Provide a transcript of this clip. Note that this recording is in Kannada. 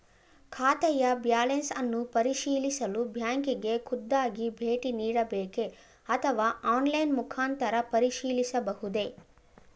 ಖಾತೆಯ ಬ್ಯಾಲೆನ್ಸ್ ಅನ್ನು ಪರಿಶೀಲಿಸಲು ಬ್ಯಾಂಕಿಗೆ ಖುದ್ದಾಗಿ ಭೇಟಿ ನೀಡಬೇಕೆ ಅಥವಾ ಆನ್ಲೈನ್ ಮುಖಾಂತರ ಪರಿಶೀಲಿಸಬಹುದೇ?